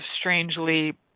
strangely